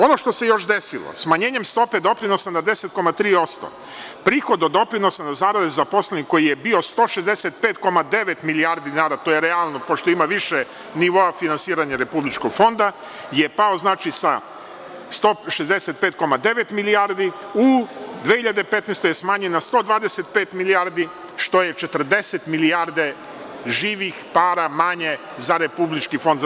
Ono što se još desilo, smanjenjem stope doprinosa na 10,3%, prihod od doprinosa na zarade zaposlenih koji je bio 165,9 milijardi dinara, to je realno pošto ima više nivoa finansiranja republičkog fonda, je pao sa 165,9 milijardi u 2015. godini smanjen na 125 milijardi, što je 40 milijardi živih para manje za RFZO.